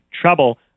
trouble